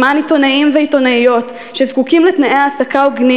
למען עיתונאים ועיתונאיות שזקוקים לתנאי העסקה הוגנים